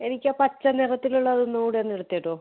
എനിക്ക് ആ പച്ച നിറത്തിലുള്ളത് ഒന്നുംകൂടെയൊന്ന് എടുത്ത് തരുവോ